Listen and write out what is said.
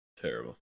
terrible